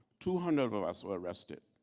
two hundred of of us were arrested